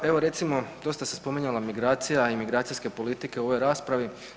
A evo recimo dosta se spominjala migracija i imigracijske politike u ovoj raspravi.